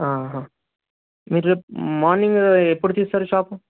మీరు మార్నింగు ఎప్పుడు తీస్తారు షాపు